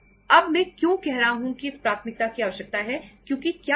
अब मैं क्यों कह रहा हूं कि इस प्राथमिकता की आवश्यकता है क्योंकि क्या होता है